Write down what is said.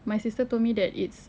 my sister told me that it's